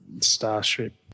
Starship